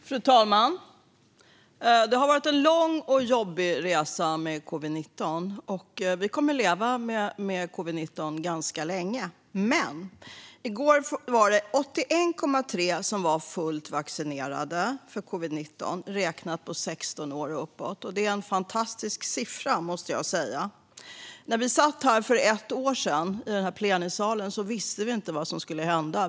Fru talman! Det har varit en lång och jobbig resa med covid-19. Och vi kommer att leva med covid-19 ganska länge. Men i går var det 81,3 procent som var fullvaccinerade mot covid-19 bland dem som är 16 år och äldre. Och jag måste säga att det är en fantastisk siffra. När vi satt i denna plenisal för ett år sedan visste vi inte vad som skulle hända.